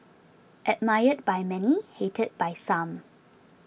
admired by many hated by some